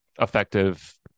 effective